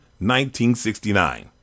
1969